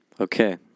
Okay